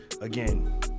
Again